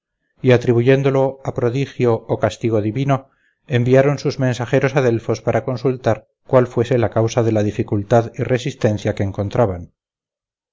y atribuyéndolo a prodigio o castigo divino enviaron sus mensajeros a delfos para consultar cuál fuese la causa de la dificultad y resistencia que encontraban